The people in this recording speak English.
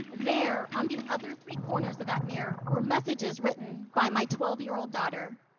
there on the other three corners of that mirror were messages written by my twelve year old daughter.